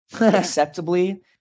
acceptably